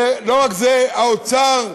ולא רק זה, האוצר,